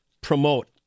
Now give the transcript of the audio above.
promote